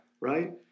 right